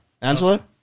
Angela